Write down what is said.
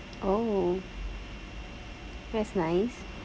oh that's nice